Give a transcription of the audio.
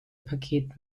paket